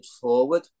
forward